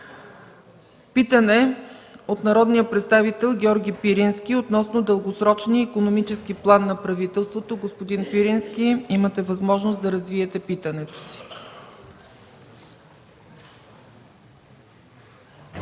Питане от народния представител Георги Пирински относно дългосрочния икономически план на правителството. Господин Пирински, имате възможност да развиете питането.